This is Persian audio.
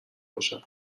باشم